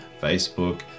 Facebook